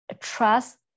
trust